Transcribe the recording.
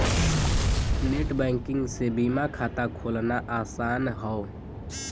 net banking से बीमा खाता खोलना आसान हौ